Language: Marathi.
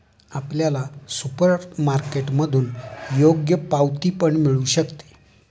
आपल्याला सुपरमार्केटमधून योग्य पावती पण मिळू शकते